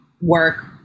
work